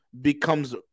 becomes